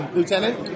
Lieutenant